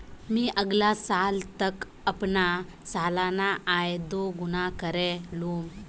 मी अगला साल तक अपना सालाना आय दो गुना करे लूम